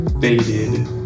Faded